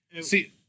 See